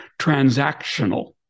transactional